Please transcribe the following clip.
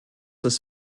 ist